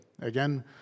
Again